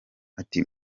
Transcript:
ati